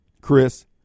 Chris